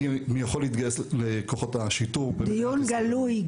מי יכול להתגייס לכוחות השיטור -- דיון גלוי.